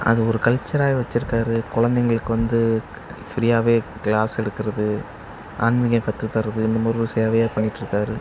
அது ஒரு கல்ச்சராகவே வச்சுருக்காரு கொழந்தைகளுக்கு வந்து ஃப்ரீயாகவே க்ளாஸ் எடுக்கிறது ஆன்மீகம் கற்றுத் தர்றது இந்த மாதிரி ஒரு சேவையாக பண்ணிகிட்ருக்காரு